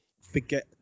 forget